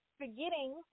forgetting